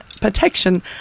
protection